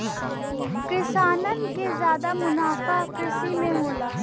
किसानन क जादा मुनाफा कृषि में होला